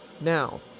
now